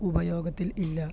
ഉപയോഗത്തിൽ ഇല്ല